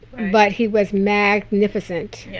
but he was magnificent. yeah